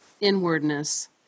inwardness